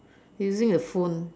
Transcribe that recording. using a phone